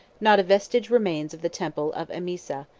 not a vestige remains of the temple of emesa,